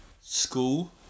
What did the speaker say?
school